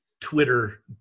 Twitter